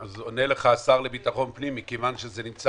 אז ענה השר לביטחון פנים: מכיוון שזה נמצא